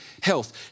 health